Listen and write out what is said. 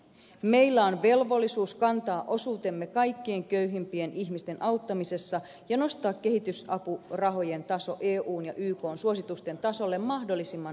meillä on velvollisuus kantaa osuutemme kaikkein köyhimpien ihmisten auttamisessa ja nostaa kehitysapurahojen taso eun ja ykn suositusten tasolle mahdollisimman nopeasti